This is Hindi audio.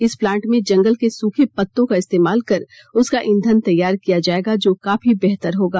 इस प्लांट में जंगल के सूखे पत्तों का इस्तेमाल कर उसका ईंधन तैयार किया जायेगा जो काफी बेहतर होगा